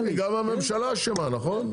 אמרתי, גם הממשלה אשמה, נכון?